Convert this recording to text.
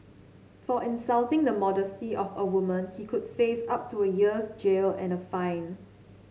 for insulting the modesty of a woman he could face up to a year's jail and a fine